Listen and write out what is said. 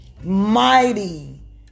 Mighty